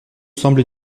semble